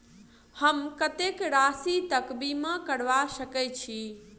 हम कत्तेक राशि तकक बीमा करबा सकै छी?